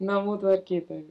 namų tvarkytojai